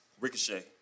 Ricochet